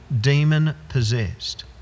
demon-possessed